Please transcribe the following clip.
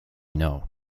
know